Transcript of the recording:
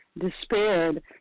despaired